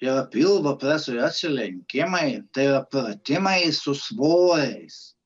yra pilvo presui atsilenkimai tai yra pratimai su svoriais